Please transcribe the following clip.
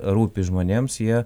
rūpi žmonėms jie